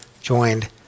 joined